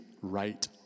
right